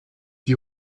die